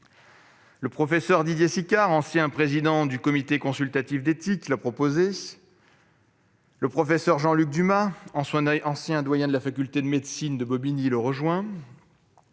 Le professeur Didier Sicard, ancien président du Comité consultatif national d'éthique, l'a proposée. Le professeur Jean-Luc Dumas, ancien doyen de la faculté de médecine de Bobigny, le rejoint.